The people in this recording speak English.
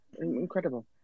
Incredible